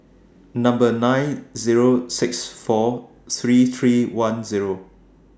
Number nine Zero six four three three one Zero